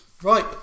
Right